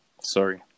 Sorry